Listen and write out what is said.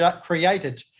created